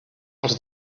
els